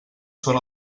són